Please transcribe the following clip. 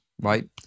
right